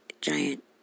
giant